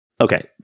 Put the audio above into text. Okay